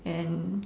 and